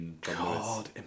God